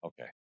okay